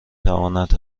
تواند